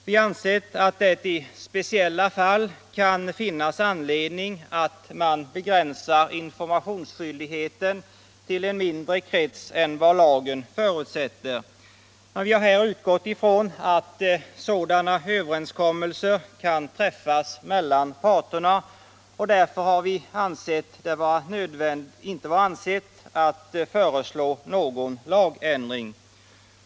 Vi har ansett att det i speciella fall kan finnas anledning att begränsa informationsskyldigheten till en mindre krets än vad lagen förutsätter. Vi har här utgått ifrån att sådana överenskommelser kan träffas mellan parterna, och därför har vi inte ansett det vara nödvändigt att föreslå någon lagändring.